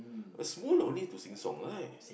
only to sing song right